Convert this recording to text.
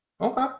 Okay